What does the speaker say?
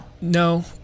No